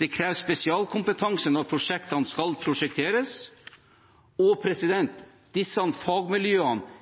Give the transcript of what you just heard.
Det kreves spesialkompetanse når prosjektene skal prosjekteres. Disse fagmiljøene er små og